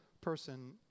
person